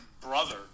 brother